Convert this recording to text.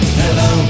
hello